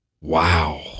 Wow